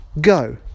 go